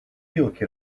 yılki